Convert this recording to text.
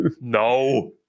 No